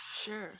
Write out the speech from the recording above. sure